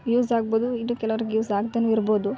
use ಆಗ್ಬೋದು ಇನ್ನು ಕೆಲವ್ರಿಗೆ ಯೂಸ್ ಆಗ್ದೇನು ಇರ್ಬೋದು